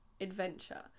adventure